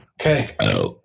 Okay